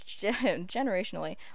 generationally